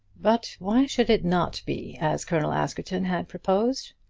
but why should it not be as colonel askerton had proposed?